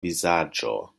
vizaĝo